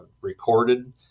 recorded